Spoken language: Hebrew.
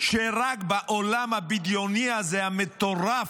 שרק בעולם הבדיוני הזה, המטורף,